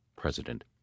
President